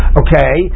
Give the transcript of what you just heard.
okay